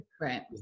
Right